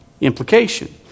implication